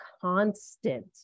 constant